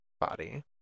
body